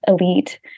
elite